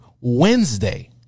Wednesday